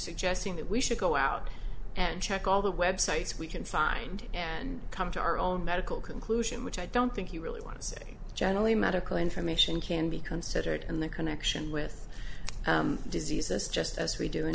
suggesting that we should go out and check all the websites we can find and come to our own medical conclusion which i don't think you really want to say generally medical information can be considered and the connection with diseases just